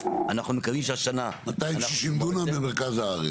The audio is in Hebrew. חוצה עדות,